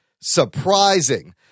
surprising